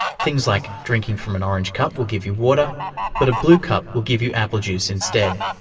things like drinking from an orange cup will give you water but a blue cup will give you apple juice instead.